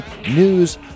News